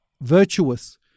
virtuous